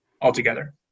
altogether